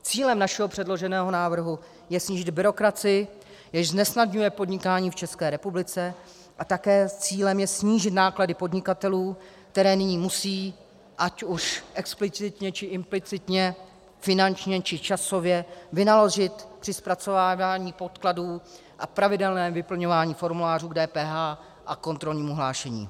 Cílem našeho předloženého návrhu je snížit byrokracii, jež znesnadňuje podnikání v ČR, a také cílem je snížit náklady podnikatelů, které nyní musí, ať už explicitně, či implicitně, finančně, či časově, vynaložit při zpracovávání podkladů a v pravidelném vyplňování formulářů k DPH a kontrolnímu hlášení.